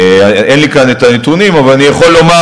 אין לי כאן את הנתונים, אבל אני יכול לומר,